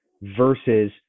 versus